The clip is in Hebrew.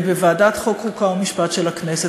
בוועדת חוקה, חוק ומשפט של הכנסת.